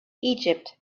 egypt